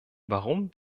warum